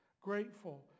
grateful